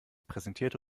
präsentierte